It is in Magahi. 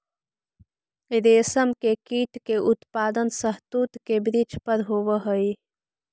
रेशम के कीट के उत्पादन शहतूत के वृक्ष पर होवऽ हई